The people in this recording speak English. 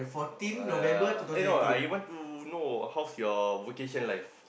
uh yeah no I want to know how's your vocation life